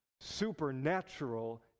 supernatural